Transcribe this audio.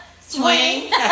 Swing